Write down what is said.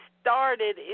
started